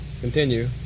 Continue